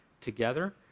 together